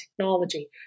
technology